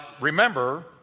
remember